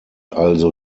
also